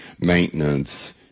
maintenance